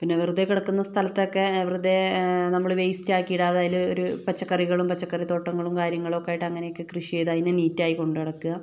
പിന്നെ വെറുതെ കിടക്കുന്ന സ്ഥലത്തൊക്കെ വെറുതെ നമ്മള് വേസ്റ്റാക്കി ഇടാതെ അതിലൊരു പച്ചക്കറികളും പച്ചക്കറിത്തോട്ടങ്ങളും കാര്യങ്ങളും ഒക്കെയായിട്ട് അങ്ങനെയൊക്കെ കൃഷി ചെയ്ത് അതിനെ നീറ്റായി കൊണ്ടുനടക്കുക